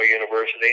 University